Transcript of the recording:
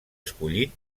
escollit